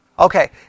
Okay